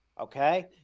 Okay